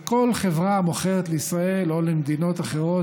וכל חברה המוכרת לישראל או למדינות אחרות